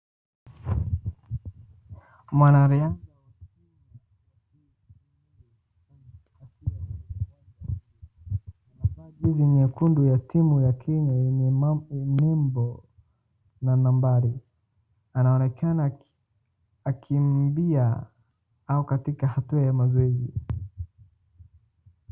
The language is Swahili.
Mwanariadha aliyevaa jezi nyekundu ya Kenya yenye nembo na nambari. Anaonekana akikimbia au katika hatua ya mazoezi.